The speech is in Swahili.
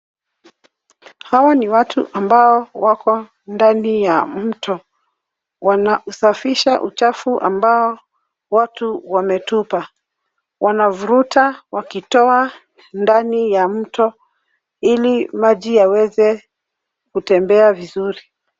Hawa ni watu ambao wako ndani ya mto. Wanasafisha uchafu ambao watu wametupa. Wanavuruta wakitoa ndani ya mto ili maji yaweze kutembea vizuri.